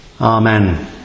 Amen